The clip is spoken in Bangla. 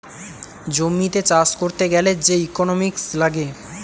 জমিতে চাষ করতে গ্যালে যে ইকোনোমিক্স লাগে